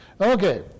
Okay